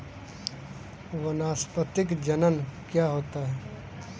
वानस्पतिक जनन क्या होता है?